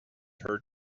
her